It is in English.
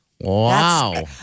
Wow